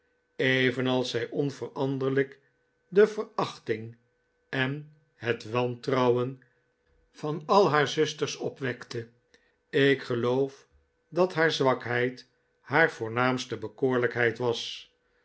evenals zij onveranderlijk de verachting en het wantrouwen van al haar zusters opwekte ik geloof dat haar zwakheid haar voornaamste bekoorlijkheid was